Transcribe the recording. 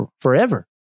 forever